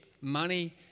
money